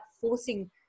forcing